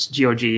GOG